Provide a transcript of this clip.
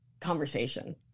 Conversation